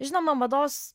žinoma mados